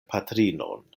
patrinon